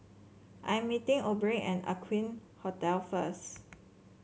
I'm meeting Obie at Aqueen Hotel first